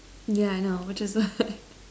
yeah I know which is like